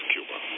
Cuba